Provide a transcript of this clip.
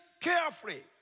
carefully